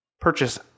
Purchase